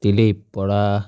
Dilip Bora